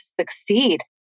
succeed